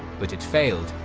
but it failed,